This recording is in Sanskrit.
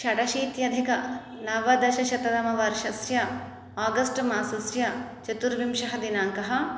षडशीत्यधिकनवदशशततमवर्षस्य आगस्ट् मासस्य चतुर्विंशतिदिनाङ्कः